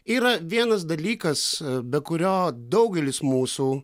yra vienas dalykas be kurio daugelis mūsų